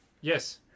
yes